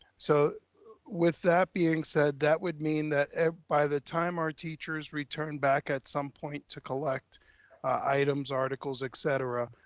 so with that being said, that would mean that by the time our teachers returned back at some point to collect items, articles, et cetera,